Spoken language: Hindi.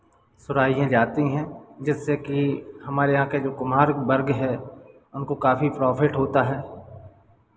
सुराहियाँ जाती हैं जिससे कि हमारे यहाँ के जो कुम्हार वर्ग है उनको काफ़ी प्रॉफ़िट होता है